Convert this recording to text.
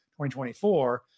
2024